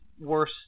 worse